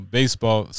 Baseball